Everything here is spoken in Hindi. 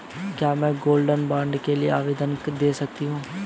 क्या मैं गोल्ड बॉन्ड के लिए आवेदन दे सकती हूँ?